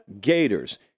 Gators